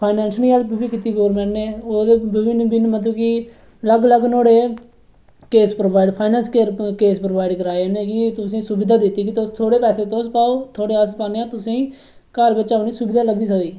financially help बी कीती government नै विभिन्न विभिन्न मतलब कि अलग अलग नुआढ़े case provide finance case provide कराए न क्योंकी सुविधा जेह्की थोह्ड़े पैसे तुस पाओ थोह्ड़े अस पान्ने आं तुसें घर बिच अपने सुविधा लब्भी सकदी